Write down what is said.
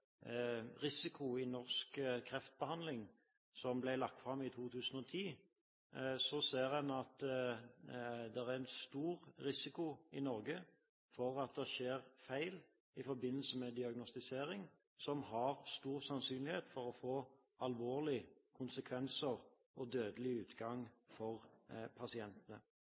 risiko i norsk kreftbehandling, som ble lagt fram i 2010, ser man at det er en stor risiko i Norge for at det skjer feil i forbindelse med diagnostisering, som med stor sannsynlighet kan få alvorlige konsekvenser og dødelig utgang for pasientene.